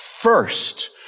first